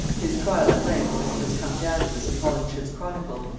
his trial at length, as it has come down to us in holinshed's chronicle,